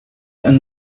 and